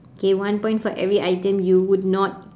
okay one point for every item you would not